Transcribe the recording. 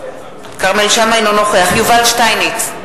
אינו נוכח יובל שטייניץ,